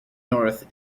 north